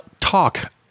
talk